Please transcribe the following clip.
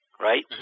right